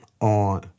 on